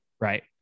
right